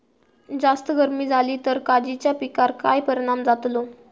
जास्त गर्मी जाली तर काजीच्या पीकार काय परिणाम जतालो?